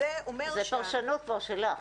זו כבר פרשנות שלך.